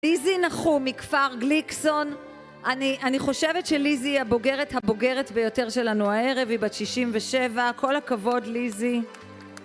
ליזי נחום מכפר גליקסון אני חושבת שליזי היא הבוגרת הבוגרת ביותר שלנו הערב היא בת 67 כל הכבוד ליזי